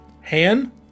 Han